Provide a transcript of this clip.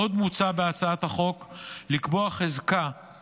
עוד מוצע בהצעת החוק לקבוע חזקה